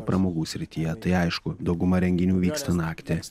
pramogų srityje tai aišku dauguma renginių vyksta naktį